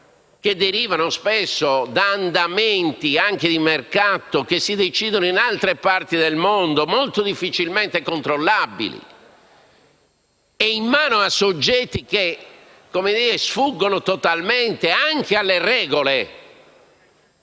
che derivano spesso da andamenti, anche di mercato, che si decidono in altre parti del mondo, molto difficilmente controllabili e in mano a soggetti che sfuggono totalmente anche alle regole